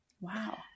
Wow